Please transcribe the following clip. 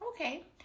Okay